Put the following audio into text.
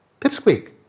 Pipsqueak